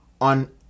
on